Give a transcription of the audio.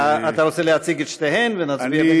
אתה רוצה להציג את שתיהן ונצביע בנפרד?